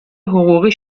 حقوقی